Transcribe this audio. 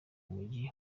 mujyi